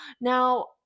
Now